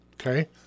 Okay